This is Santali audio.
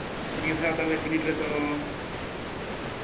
ᱱᱤᱭᱟᱹ ᱫᱷᱟᱣ ᱛᱟᱦᱞᱮ ᱵᱤᱱᱤᱰ ᱨᱮᱫᱚ